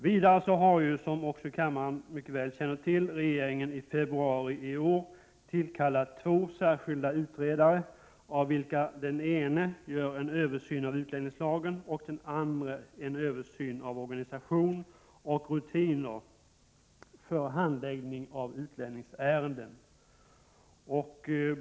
Vidare har, som kammaren också mycket väl känner till, regeringen i februari i år tillkallat två särskilda utredare, av vilka den ene gör en översyn av utlänningslagen och den andre en översyn av organisation och rutiner för handläggning av utlänningsärenden.